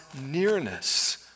nearness